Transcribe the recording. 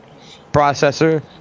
processor